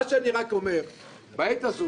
בעת הזו,